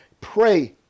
Pray